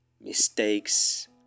mistakes